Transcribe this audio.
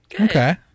Okay